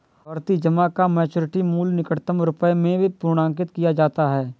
आवर्ती जमा का मैच्योरिटी मूल्य निकटतम रुपये में पूर्णांकित किया जाता है